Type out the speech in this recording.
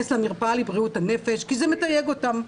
למרפאה לבריאות הנפש כי זה מתייג אותם,